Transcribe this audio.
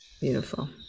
beautiful